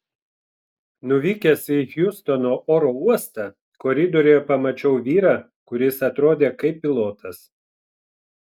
nuvykęs į hjustono oro uostą koridoriuje pamačiau vyrą kuris atrodė kaip pilotas